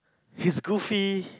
he's goofy